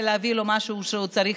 דרך